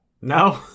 No